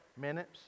Minutes